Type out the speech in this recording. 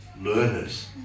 learners